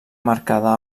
marcada